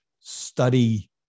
study